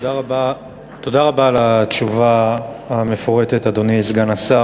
תודה רבה על התשובה המפורטת, אדוני סגן השר.